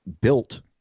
built